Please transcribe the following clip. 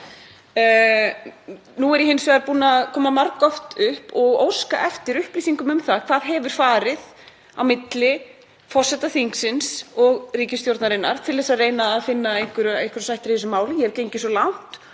Nú er ég hins vegar búin að koma margoft upp og óska eftir upplýsingum um það hvað hefur farið á milli forseta þingsins og ríkisstjórnarinnar til að reyna að finna einhverjar sættir í þessu máli. Ég hef gengið svo langt